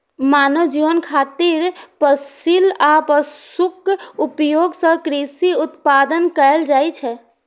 मानव जीवन खातिर फसिल आ पशुक उपयोग सं कृषि उत्पादन कैल जाइ छै